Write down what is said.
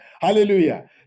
Hallelujah